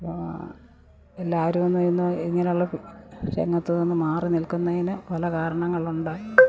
അപ്പോള് എല്ലാവരു എന്നും ഇന്ന് ഇങ്ങനെയുള്ള രംഗത്തുനിന്നും മാറിനിൽക്കുന്നതിനു പല കാരണങ്ങളുണ്ട്